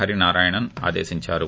హరినారాయణన్ ఆదేశించారు